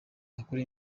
yakora